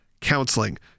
counseling